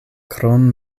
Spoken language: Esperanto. krom